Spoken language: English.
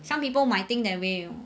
some people might think that way you know